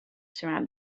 surrounding